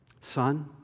Son